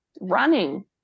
running